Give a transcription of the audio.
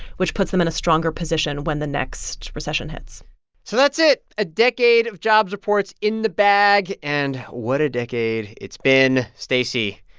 which puts them in a stronger position when the next recession hits so that's it a decade of jobs reports in the bag, and what a decade it's been. stacey,